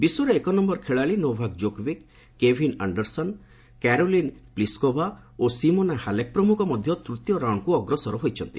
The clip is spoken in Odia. ବିଶ୍ୱର ଏକନ୍ୟର ଖେଳାଳି ନୋଭାକ୍ ଜୋକଭିକ୍ କେଭିନ୍ ଆଶ୍ଚରସନ୍ କାରୋଲିନ୍ ପ୍ଲିସକୋଭା ଓ ସିମୋନା ହାଲେକ୍ ପ୍ରମୁଖ ମଧ୍ୟ ତୂତୀୟ ରାଉଣ୍ଡକୁ ଅଗ୍ରସର ହୋଇଛନ୍ତି